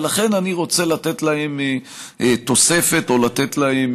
ולכן אני רוצה לתת להם תוספת או לתת להם